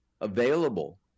available